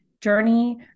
journey